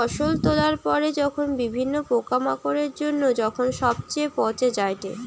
ফসল তোলার পরে যখন বিভিন্ন পোকামাকড়ের জন্য যখন সবচে পচে যায়েটে